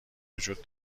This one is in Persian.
وجود